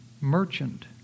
Merchant